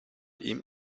ihm